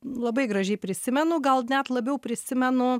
labai gražiai prisimenu gal net labiau prisimenu